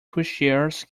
pushchairs